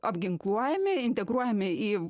apginkluojami integruojami į